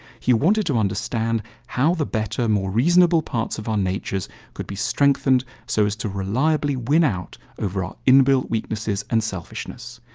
he wanted to understand how the better, more reasonable parts of our natures could be strengthened so as to reliably win out over our inbuilt weaknesses and selfishness.